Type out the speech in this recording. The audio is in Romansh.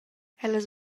ellas